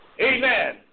Amen